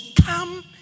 come